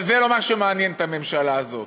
אבל זה לא מה שמעניין את הממשלה הזאת.